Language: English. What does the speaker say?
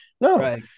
No